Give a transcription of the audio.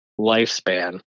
lifespan